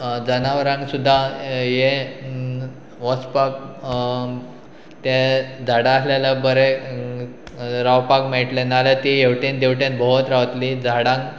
जनावरांक सुद्दां हे वचपाक ते झाडां आसलें जाल्यार बरें रावपाक मेळटलें नाल्यार ती हेवटेन दवटेन भोंवत रावतली झाडांक